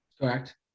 correct